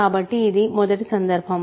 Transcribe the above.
కాబట్టి ఇది మొదటి సందర్భం